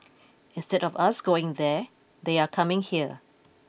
instead of us going there they are coming here